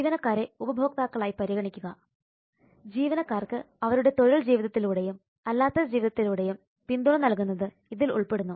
ജീവനക്കാരെ ഉപഭോക്താക്കളായി പരിഗണിക്കുക ജീവനക്കാർക്ക് അവരുടെ തൊഴിൽ ജീവിതത്തിലൂടെയും അല്ലാത്ത ജീവിതത്തിലൂടെയും പിന്തുണ നൽകുന്നത് ഇതിലുൾപ്പെടുന്നു